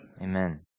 Amen